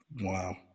Wow